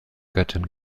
göttin